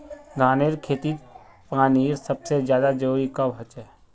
धानेर खेतीत पानीर सबसे ज्यादा जरुरी कब होचे?